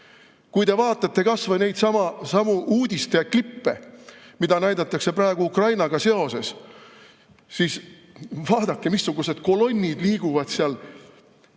Kui te vaatate kas või neidsamu uudisteklippe, mida näidatakse praegu Ukrainaga seoses, siis vaadake, missugused kolonnid liiguvad seal